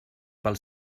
pel